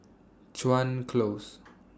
Chuan Close